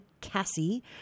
Cassie